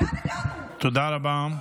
תודה רבה.